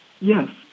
Yes